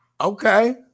Okay